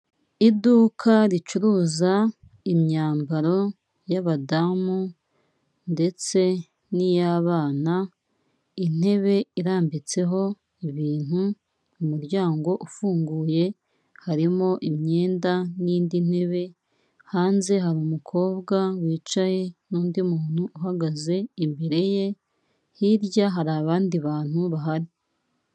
Iduka ricuruza imyambaro y'abadamu ndetse n'iy'abana, intebe irambitseho ibintu, umuryango ufunguye, harimo imyenda n'indi ntebe, hanze hari umukobwa wicaye n'undi muntu uhagaze imbere ye, hirya hari abandi bantu bahari.